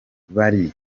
bari